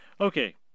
Okay